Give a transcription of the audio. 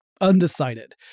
undecided